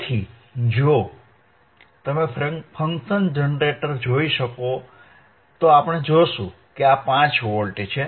તેથી જો તમે ફંક્શન જનરેટર જોઈ શકો છો તો આપણે જોશું કે આ 5 વોલ્ટ છે